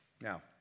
Now